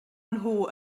nhw